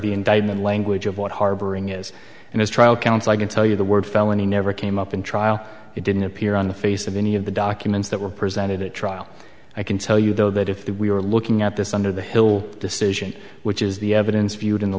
indictment language of what harboring is and his trial counsel i can tell you the word felony never came up in trial it didn't appear on the face of any of the documents that were presented at trial i can tell you though that if we were looking at this under the hill decision which is the evidence viewed in the